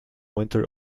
winter